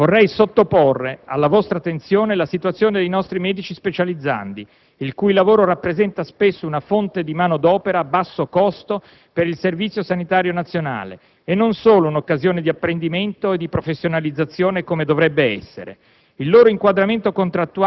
Infine, vorrei sottoporre alla vostra attenzione la situazione dei nostri medici specializzandi, il cui lavoro rappresenta spesso una fonte di manodopera a basso costo per il Servizio sanitario nazionale e non solo un'occasione di apprendimento e di professionalizzazione, come dovrebbe essere.